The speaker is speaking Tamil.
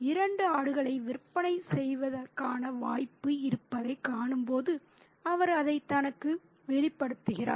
இரண்டு ஆடுகளை விற்பனை செய்வதற்கான வாய்ப்பு இருப்பதைக் காணும்போது அவர் அதை தனக்கு வெளிப்படுத்துகிறார்